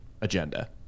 agenda